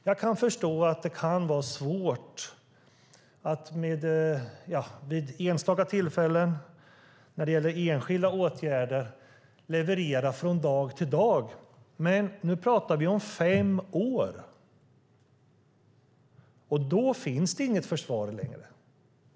Jag kan förstå att det kan vara svårt att vid enstaka tillfällen när det gäller enskilda åtgärder leverera från en dag till en annan, men nu pratar vi om fem år. Då finns inget försvar längre.